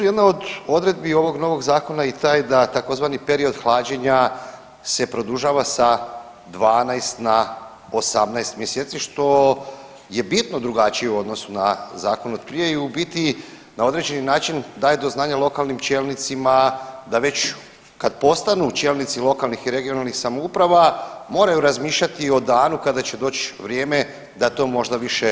Jedna od odredbi ovog novog Zakona je i taj da takozvani period hlađenja se produžava sa 12 na 18 mjeseci što je bitno drugačije u odnosu na Zakon otprije i u biti na određeni način daje do znanja lokalnim čelnicima da već postanu čelnici lokalnih i regionalnih samouprava moraju razmišljati o danu kada će doć vrijeme da to možda više neće biti.